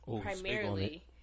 primarily